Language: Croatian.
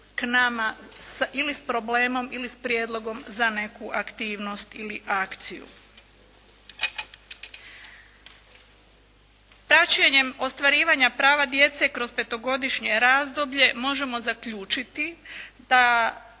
k nama, ili s problemom ili s prijedlogom za neku aktivnost ili akciju. Praćenjem ostvarivanja prava djece kroz petogodišnje razdoblje možemo zaključiti